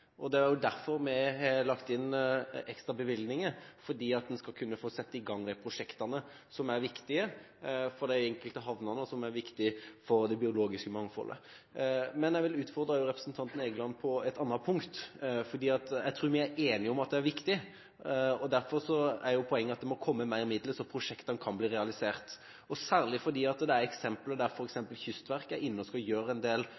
i budsjettproposisjonen skriver jo departementet at det var begrunnelsen for at bevilgningene gikk ned. Men nå er prosjektene klare, nå mangler det bare penger. Det er derfor vi har lagt inn ekstra bevilgninger – for at en skal kunne få sette i gang de prosjektene, som er viktig for de enkelte havnene, og som er viktig for det biologiske mangfoldet. Jeg vil også utfordre representanten Egeland på dette punktet. Jeg tror vi er enige om at disse prosjektene er viktige, og derfor er poenget at det må komme mer midler slik at de kan bli realisert. For eksempel er